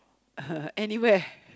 uh anywhere